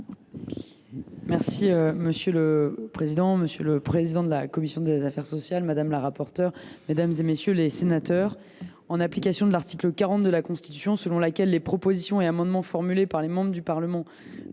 Monsieur le président, monsieur le président de la commission des affaires sociales, madame la rapporteure, mesdames, messieurs les sénateurs, en application de l’article 40 de la Constitution, selon lequel « [l]es propositions et amendements formulés par les membres du Parlement